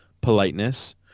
politeness